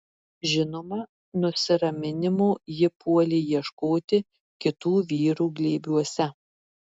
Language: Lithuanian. žinoma nusiraminimo ji puolė ieškoti kitų vyrų glėbiuose